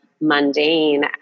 mundane